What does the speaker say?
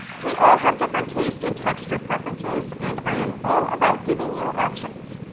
we all have different tastes and texture preferences and i am all about giving you options.